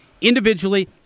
Individually